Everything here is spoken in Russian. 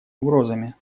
угрозами